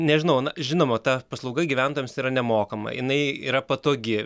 nežinau na žinoma ta paslauga gyventojams yra nemokama jinai yra patogi